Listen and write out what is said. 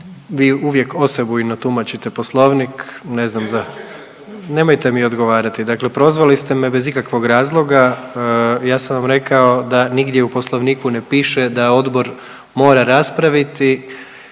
vi uvijek osebujno tumačite poslovnik, ne znam za… …/Upadica Brumnić se ne razumije/… Nemojte mi odgovarati, dakle prozvali ste me bez ikakvog razloga. Ja sam vam rekao da nigdje u poslovniku ne piše da odbor mora raspraviti,